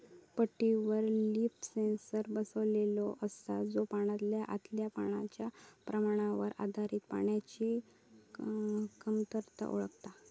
पट्टीवर leaf sensor बसवलेलो असता, जो पानाच्या आतल्या पाण्याच्या प्रमाणावर आधारित पाण्याची कमतरता ओळखता